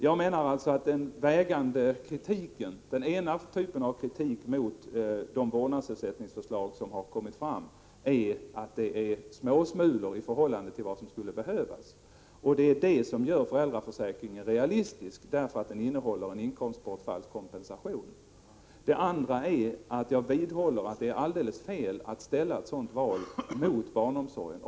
Jag menar alltså att en typ av kritik mot de vårdnadsersättningsförslag som har kommit fram är att de är småsmulor i förhållande till vad som skulle behövas. Det som gör föräldraförsäkringen realistisk är att den innehåller en inkomstbortfallskompensation. Jag vidhåller att det är alldeles fel att ställa ett sådant val mot barnomsorgen.